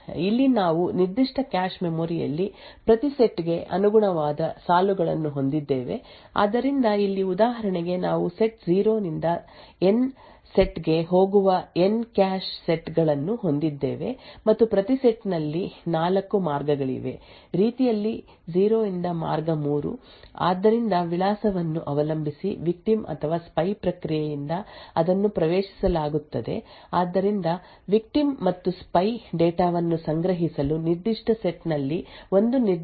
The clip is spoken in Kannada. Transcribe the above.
ಆದ್ದರಿಂದ ಇಲ್ಲಿ ನಾವು ನಿರ್ದಿಷ್ಟ ಕ್ಯಾಶ್ ಮೆಮೊರಿ ಯಲ್ಲಿ ಪ್ರತಿ ಸೆಟ್ ಗೆ ಅನುಗುಣವಾದ ಸಾಲುಗಳನ್ನು ಹೊಂದಿದ್ದೇವೆ ಆದ್ದರಿಂದ ಇಲ್ಲಿ ಉದಾಹರಣೆಗೆ ನಾವು ಸೆಟ್ 0 ರಿಂದ ಎನ್ ಸೆಟ್ ಗೆ ಹೋಗುವ ಎನ್ ಕ್ಯಾಶ್ ಸೆಟ್ ಗಳನ್ನು ಹೊಂದಿದ್ದೇವೆ ಮತ್ತು ಪ್ರತಿ ಸೆಟ್ ನಲ್ಲಿ 4 ಮಾರ್ಗಗಳಿವೆ ರೀತಿಯಲ್ಲಿ 0 ರಿಂದ ಮಾರ್ಗ 3 ಆದ್ದರಿಂದ ವಿಳಾಸವನ್ನು ಅವಲಂಬಿಸಿ ವಿಕ್ಟಿಮ್ ಅಥವಾ ಸ್ಪೈ ಪ್ರಕ್ರಿಯೆಯಿಂದ ಅದನ್ನು ಪ್ರವೇಶಿಸಲಾಗುತ್ತದೆ ಆದ್ದರಿಂದ ವಿಕ್ಟಿಮ್ ಮತ್ತು ಸ್ಪೈ ಡೇಟಾವನ್ನು ಸಂಗ್ರಹಿಸಲು ನಿರ್ದಿಷ್ಟ ಸೆಟ್ ನಲ್ಲಿ ಒಂದು ನಿರ್ದಿಷ್ಟ ಕ್ಯಾಶ್ ಲೈನ್ ಅನ್ನು ಬಳಸಲಾಗುತ್ತದೆ